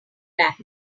back